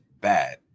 bad